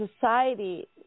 Society